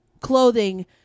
clothing